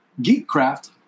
GeekCraft